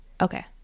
okay